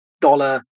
dollar